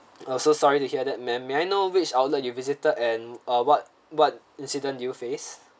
oh so sorry to hear that ma'am may I know which outlet you visited and uh what what incident did you faced